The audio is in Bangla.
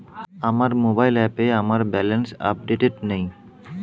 আমার মোবাইল অ্যাপে আমার ব্যালেন্স আপডেটেড নেই